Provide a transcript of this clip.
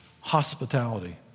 hospitality